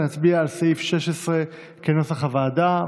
נצביע על סעיף 16 כנוסח הוועדה.